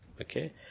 Okay